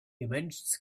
immense